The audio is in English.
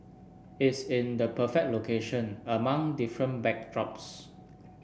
it's in the perfect location among different backdrops